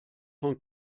von